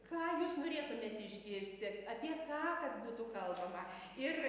ką jūs norėtumėt išgirsti apie ką kad būtų kalbama ir